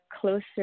closer